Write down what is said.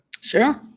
Sure